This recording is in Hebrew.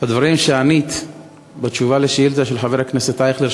הדברים שענית בתשובה על השאילתה של חבר הכנסת אייכלר,